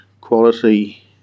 quality